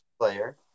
player